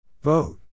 Vote